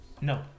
No